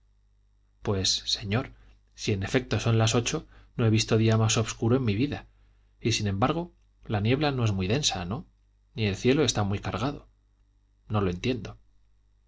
pues señor si en efecto son las ocho no he visto día más obscuro en mi vida y sin embargo la niebla no es muy densa no ni el cielo está muy cargado no lo entiendo